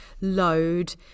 load